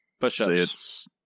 Push-ups